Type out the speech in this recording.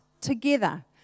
together